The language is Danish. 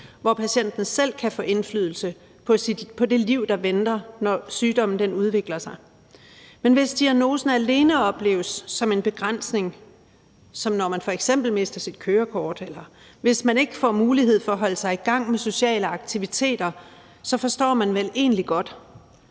hvor patienten selv kan få indflydelse på det liv, der venter, når sygdommen udvikler sig, men hvis diagnosen alene opleves som en begrænsning, som når man f.eks. mister sit kørekort, eller hvis man ikke får mulighed for at holde sig i gang med sociale aktiviteter, forstår man vel egentlig godt,